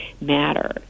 matter